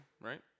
right